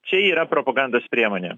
čia yra propagandos priemonė